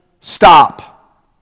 stop